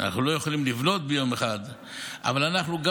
אנחנו לא יכולים לבנות ביום אחד אבל אנחנו גם